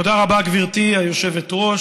תודה רבה, גברתי היושבת-ראש,